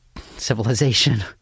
civilization